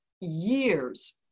years